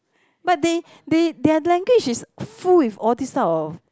but they they their language is full with all this type of